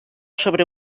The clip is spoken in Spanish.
sobre